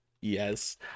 Yes